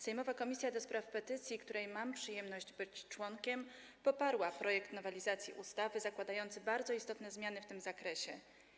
Sejmowa Komisja do Spraw Petycji, której mam przyjemność być członkiem, poparła projekt nowelizacji ustawy zakładający bardzo istotne zmiany w tym zakresie.